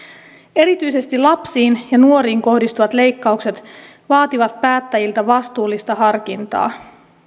erityisesti lapsiin ja nuoriin kohdistuvat leikkaukset vaativat päättäjiltä vastuullista harkintaa